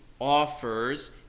offers